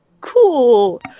cool